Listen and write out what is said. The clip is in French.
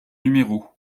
numéro